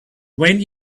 when